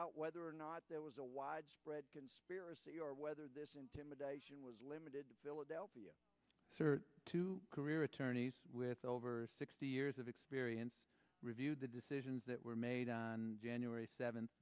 out whether or not there was a widespread conspiracy or whether this intimidation was limited to philadelphia to career attorneys with over sixty years of experience reviewed the decisions that were made on january seventh